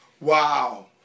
Wow